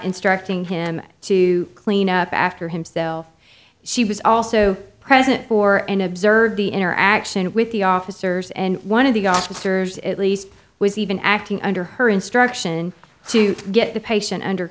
instructing him to clean up after himself she was also press poor and observe the interaction with the officers and one of the officers at least was even acting under her instruction to get the patient under